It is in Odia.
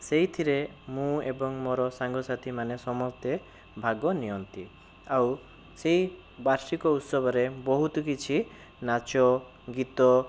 ସେଇଥିରେ ମୁଁ ଏବଂ ମୋର ସାଙ୍ଗସାଥି ମାନେ ସମସ୍ତେ ଭାଗ ନିଅନ୍ତି ଆଉ ସେଇ ବାର୍ଷିକ ଉତ୍ସବରେ ବହୁତ କିଛି ନାଚ ଗୀତ